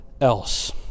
else